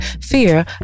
fear